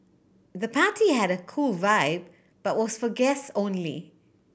the party had a cool vibe but was for guest only